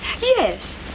Yes